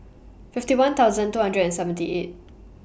fifty one thousand two hundred and seventy eight